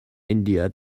india